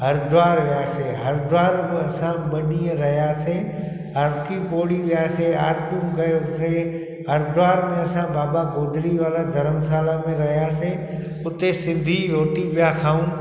हरद्वार वियासीं हरद्वार बि असां ॿ ॾींहं रहियासीं हर की पोड़ी वियासीं आरिती बि कयो हुतेई हरद्वार में असां बाबा गोदरी वाला धर्मशाला में रहियासीं हुते सिधी रोटी पिया खाऊं